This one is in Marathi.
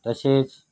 तसेच